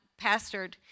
pastored